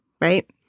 right